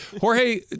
Jorge